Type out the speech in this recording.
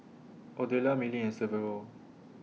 Odelia Milly and Severo